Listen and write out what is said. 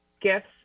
gifts